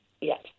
Yes